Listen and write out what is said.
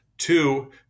Two